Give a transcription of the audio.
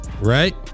Right